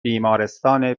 بیمارستان